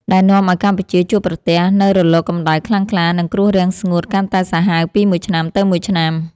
ដែលនាំឱ្យកម្ពុជាជួបប្រទះនូវរលកកម្ដៅខ្លាំងក្លា និងគ្រោះរាំងស្ងួតកាន់តែសាហាវពីមួយឆ្នាំទៅមួយឆ្នាំ។